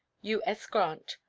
u s. grant.